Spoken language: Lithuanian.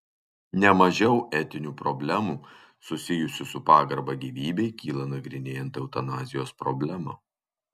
ne mažiau etinių problemų susijusių su pagarba gyvybei kyla nagrinėjant eutanazijos problemą